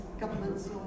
governments